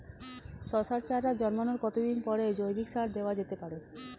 শশার চারা জন্মানোর কতদিন পরে জৈবিক সার দেওয়া যেতে পারে?